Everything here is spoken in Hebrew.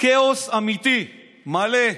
כאוס אמיתי, מלא.